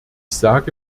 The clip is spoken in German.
sage